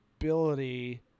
ability